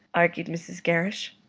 argued mrs. gerrish.